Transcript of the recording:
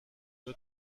nur